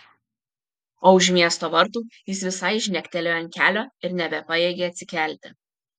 o už miesto vartų jis visai žnektelėjo ant kelio ir nebepajėgė atsikelti